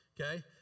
Okay